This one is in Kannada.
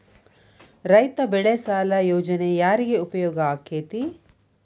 ರೈತ ಬೆಳೆ ಸಾಲ ಯೋಜನೆ ಯಾರಿಗೆ ಉಪಯೋಗ ಆಕ್ಕೆತಿ?